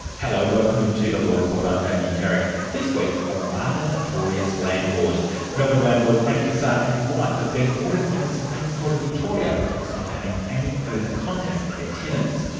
hello, welcome to the law report, i'm damien carrick. this week a rather notorious landlord melbourne landlord frank cassar and his wife have been ordered by the supreme court of victoria to stop having any further contact with their tenants,